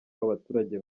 w’abaturage